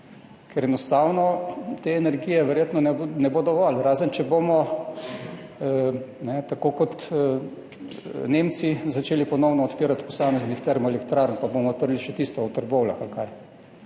ker enostavno te energije verjetno ne bo dovolj, razen če bomo tako kot Nemci začeli ponovno odpirati posamezne termoelektrarne, pa bomo odprli še tisto v Trbovljah ali kaj,